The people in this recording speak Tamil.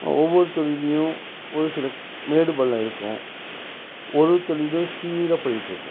ஒவ்வொரு தொழிலேயும் ஒரு சில மேடு பள்ளம் இருக்கும் ஒரு ஒரு தொழில் சீராக போயிட்டிருக்கும்